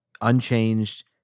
unchanged